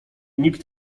nikt